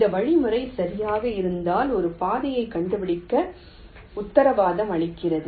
இந்த வழிமுறை சரியாக இருந்தால் ஒரு பாதையை கண்டுபிடிக்க உத்தரவாதம் அளிக்கிறது